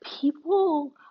people